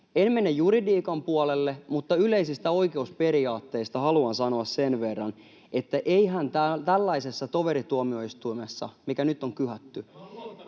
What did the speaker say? En mene juridiikan puolelle, mutta yleisistä oikeusperiaatteista haluan sanoa sen verran, että eihän tällaisessa toverituomioistuimessa, mikä nyt on kyhätty,